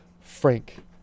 Frank